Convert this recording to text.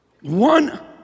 One